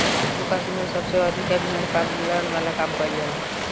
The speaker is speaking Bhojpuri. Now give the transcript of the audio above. जम्मू कश्मीर में सबसे अधिका भेड़ पालन वाला काम कईल जाला